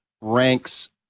ranks